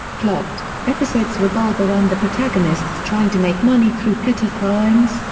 plot episodes revolve around the protagonists trying to make money through petty crimes,